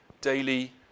daily